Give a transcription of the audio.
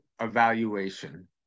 evaluation